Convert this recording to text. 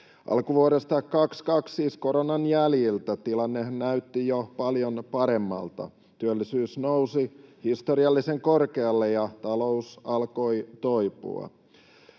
Alkuvuodesta 22, siis koronan jäljiltä, tilanne näytti jo paljon paremmalta: työllisyys nousi historiallisen korkealle, ja talous alkoi toipua.